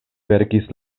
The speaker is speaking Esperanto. verkis